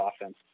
offense